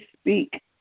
speak